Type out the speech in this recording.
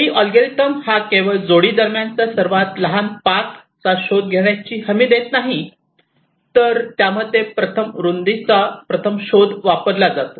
ली algorithm हा केवळ जोडी दरम्यान सर्वात लहान पाथचा शोध घेण्याची हमी देत नाही तर त्यामध्ये रुंदीचा प्रथम शोध वापरला जातो